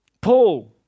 Paul